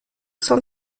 cent